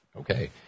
okay